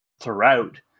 throughout